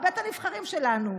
בבית הנבחרים שלנו.